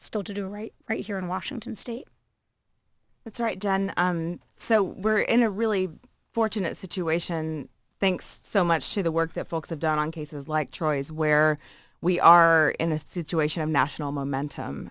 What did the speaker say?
still to do right right here in washington state that's right dan so we're in a really fortunate situation thanks so much to the work that folks have done on cases like troy's where we are in a situation of national momentum